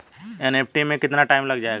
NEFT में कितना time लग जाएगा?